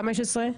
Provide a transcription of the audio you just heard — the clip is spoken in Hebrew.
ב-2015,